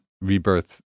Rebirth